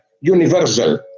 universal